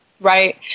Right